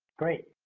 great.